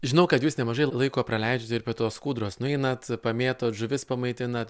žinau kad jūs nemažai laiko praleidžiat ir prie tos kūdros nueinat pamėtot žuvis pamaitinat